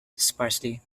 sparsely